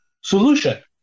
solution